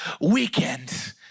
weekend